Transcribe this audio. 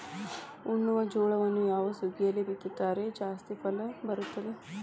ಉಣ್ಣುವ ಜೋಳವನ್ನು ಯಾವ ಸುಗ್ಗಿಯಲ್ಲಿ ಬಿತ್ತಿದರೆ ಜಾಸ್ತಿ ಫಸಲು ಬರುತ್ತದೆ?